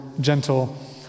gentle